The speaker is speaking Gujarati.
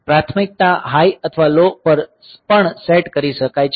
પ્રાથમિકતા હાઇ અથવા લો પર પણ સેટ કરી શકાય છે